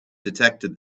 detected